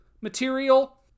material